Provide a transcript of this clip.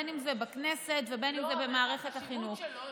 אם זה בכנסת ואם זה במערכת החינוך.